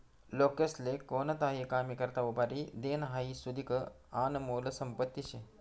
लोकेस्ले कोणताही कामी करता उभारी देनं हाई सुदीक आनमोल संपत्ती शे